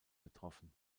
betroffen